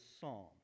psalm